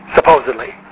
Supposedly